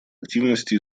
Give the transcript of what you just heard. активности